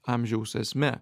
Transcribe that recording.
amžiaus esme